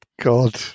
God